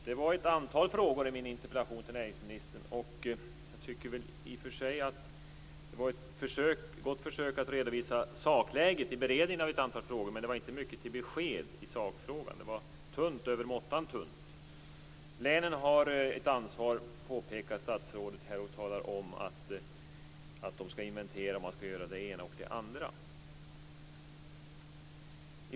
Det fanns ett antal frågor i min interpellation till näringsministern, och jag tycker i och för sig att svaret var ett gott försök att redovisa sakläget i beredningen av vissa frågor. Men det var inte mycket till besked i sakfrågan. Det var tunt - övermåttan tunt. Länen har ett ansvar, påpekar statsrådet här och talar om att de skall inventera och att man skall göra det ena och det andra.